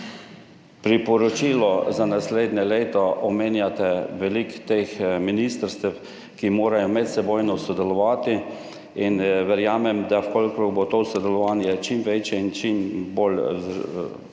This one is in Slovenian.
priporočilu za naslednje leto omenjate veliko teh ministrstev, ki morajo medsebojno sodelovati. Če bo to sodelovanje čim večje in čim bolj izvedljivo